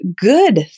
good